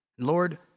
Lord